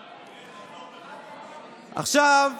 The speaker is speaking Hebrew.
עכשיו,